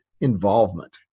involvement